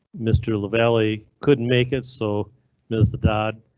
mr lavalley couldn't make it so mr dodd.